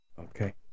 okay